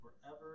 forever